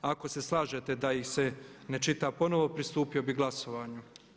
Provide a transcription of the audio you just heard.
Ako se slažete da ih se ne čita ponovno pristupio bi glasovanju.